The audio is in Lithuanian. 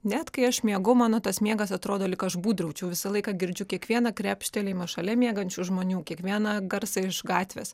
net kai aš miegu mano tas miegas atrodo lyg aš būdraučiau visą laiką girdžiu kiekvieną krepštelėjimą šalia miegančių žmonių kiekvieną garsą iš gatvės